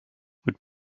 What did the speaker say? would